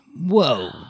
Whoa